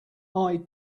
eye